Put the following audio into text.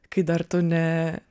kai dar tu ne